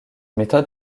méthode